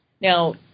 Now